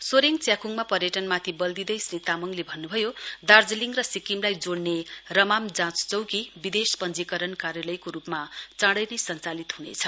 सोरेङ च्याख्ङमा पर्यटनमाथि बल दिँदै श्री तामाङले भन्न्भयो दार्जीलिङ र सिक्किमलाई जोड्ने रमाम जाँच चौकी विदेश पञ्जीकरण कार्यालयको रूपमा चाडै नै सञ्चालित हुनेछ